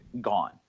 Gone